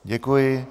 Děkuji.